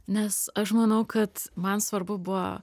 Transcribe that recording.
nes aš manau kad man svarbu buvo